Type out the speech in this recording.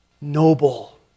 noble